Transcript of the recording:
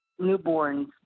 newborns